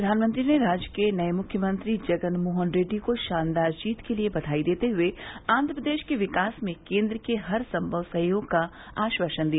प्रधानमंत्री ने राज्य के नये मुख्यमंत्री जगन मोहन रेड्डी को शानदार जीत के लिए बधाई देते हुए आंध्रप्रदेश के विकास में केंद्र के हरसंभव सहयोग का आश्वासन दिया